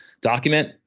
Document